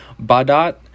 Badat